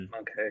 okay